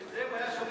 את זה הוא היה שומע,